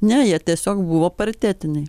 ne jie tiesiog buvo paritetinai